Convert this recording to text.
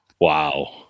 Wow